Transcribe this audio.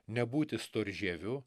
nebūti storžieviu